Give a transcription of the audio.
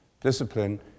Discipline